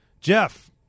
Jeff